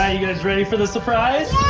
ah you guys ready for the surprise?